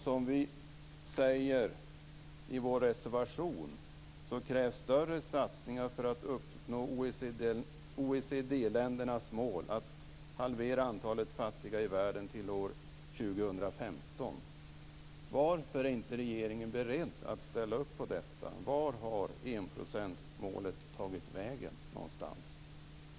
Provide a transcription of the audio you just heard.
Som vi skriver i vår reservation krävs större satsningar för att uppnå OECD-ländernas mål att halvera antalet fattiga i världen till år 2015. Varför är inte regeringen beredd att ställa upp på detta? Vart har enprocentsmålet tagit vägen?